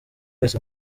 wese